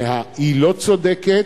שהיא לא צודקת,